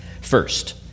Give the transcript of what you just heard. First